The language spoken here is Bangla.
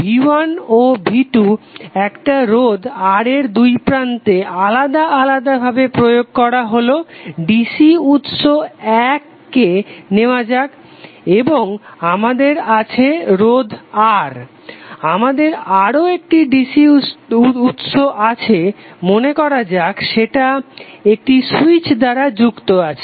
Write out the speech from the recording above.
V1 ও V2 একটা রোধ R এর দুইপ্রান্তে আলাদা আলাদা ভাবে প্রয়োগ করা হলো ডিসি উৎস 1 কে নেওয়া যাক এবং আমাদের আছে রোধ R আমাদের আরও একটি ডিসি উৎস আছে মনে করা যাক সেটা একটি সুইচ দ্বারা যুক্ত আছে